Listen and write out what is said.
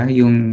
yung